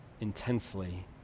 intensely